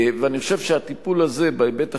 ואני חושב שהטיפול הזה בהיבט החינוכי,